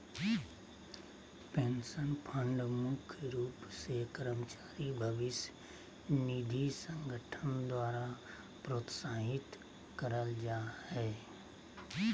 pension fund मुख्य रूप से कर्मचारी भविष्य निधि संगठन द्वारा प्रोत्साहित करल जा हय